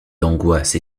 d’angoisse